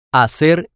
hacer